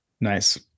Nice